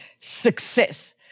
success